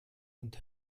und